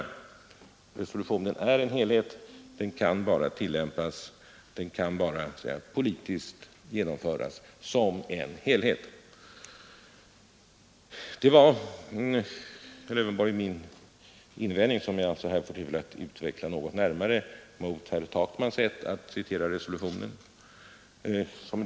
Resolutionen är en helhet — den kan bara tillämpas, och politiskt genom föras, som en helhet. Detta var, herr Lövenborg, min invändning — som jag alltså här får tillfälle att utveckla något närmare — mot herr Takmans sätt att citera resolutionen.